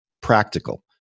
practical